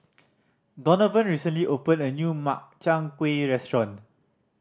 Donavon recently opened a new Makchang Gui restaurant